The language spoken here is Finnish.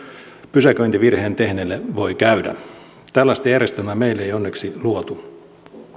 pysäköintivirheen tehneelle voi käydä tällaista järjestelmää meille ei onneksi luotu